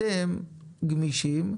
אתם גמישים,